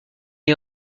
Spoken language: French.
est